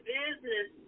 business